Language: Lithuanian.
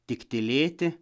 tik tylėti